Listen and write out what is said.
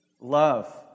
Love